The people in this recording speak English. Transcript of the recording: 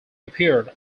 appeared